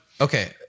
okay